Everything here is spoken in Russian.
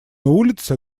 улица